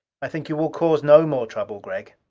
i think you will cause no more trouble, gregg?